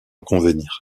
convenir